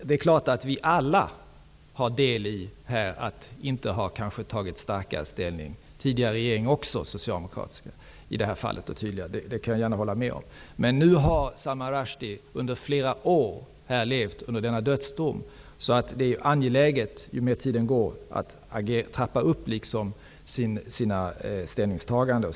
Det är klart att vi alla här har del i att inte ha tagit starkare ställning. Det gäller även tidigare socialdemokratiska regeringar. Detta kan jag hålla med om. Men nu har Salman Rushdie under flera år levt under denna dödsdom. Därför är det, ju längre tiden går, angeläget att trappa upp aktionerna.